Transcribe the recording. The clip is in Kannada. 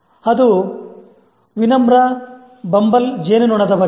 ಇದು ವಿನಮ್ರ ಬಂಬಲ್ ಜೇನುನೊಣದ ಬಗ್ಗೆ